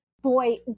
Boy